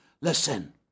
Listen